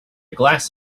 glass